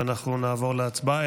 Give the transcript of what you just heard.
ונעבור להצבעה,